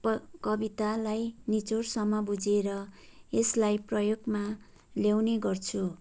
प कवितालाई निचोडसम्म बुझेर यसलाई प्रयोगमा ल्याउने गर्छु